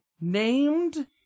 named